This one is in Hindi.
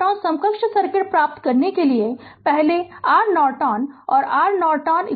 नॉर्टन समकक्ष सर्किट प्राप्त करने के लिए पहले आर नॉर्टन आर नॉर्टन